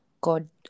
God